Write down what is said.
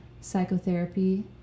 psychotherapy